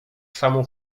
samo